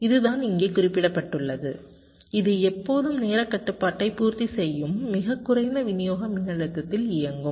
இதுதான் இங்கே குறிப்பிடப்பட்டுள்ளது இது எப்போதும் நேரக் கட்டுப்பாட்டை பூர்த்தி செய்யும் மிகக் குறைந்த விநியோக மின்னழுத்தத்தில் இயங்கும்